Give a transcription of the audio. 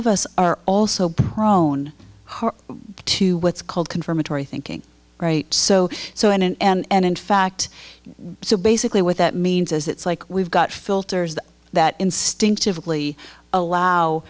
of us are also prone to what's called confirmatory thinking right so so and in fact so basically what that means is it's like we've got filters that instinctively allow